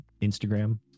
Instagram